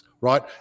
right